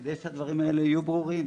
כדי שהדברים האלה יהיו ברורים.